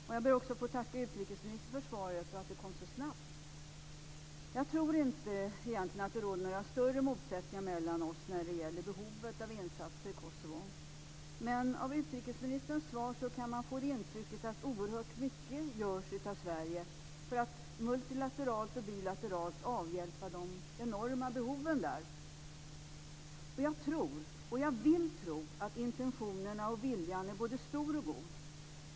Fru talman! Jag ber att få tacka utrikesministern för svaret och för att det kom så snabbt. Jag tror egentligen inte att det råder några större motsättningar mellan oss när det gäller behovet av insatser i Kosovo. Men av utrikesministerns svar kan man få intrycket att oerhört mycket görs av Sverige för att multilateralt och bilateralt avhjälpa de enorma behoven. Jag tror och vill tro att intentionerna och viljan är både stora och goda.